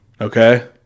Okay